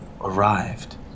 arrived